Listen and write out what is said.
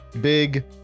big